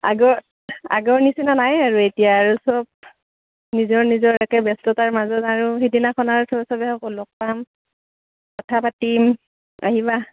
আগৰ আগৰ নিচিনা নাই আৰু এতিয়া আৰু চব নিজৰ নিজৰ একে ব্যস্ততাৰ মাজত আৰু সেইদিনাখন আৰু চবে সকলো লগ পাম কথা পাতিম আহিবা